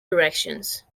directions